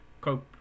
cope